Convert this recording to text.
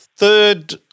Third